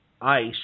ICE